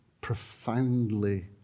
profoundly